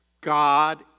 God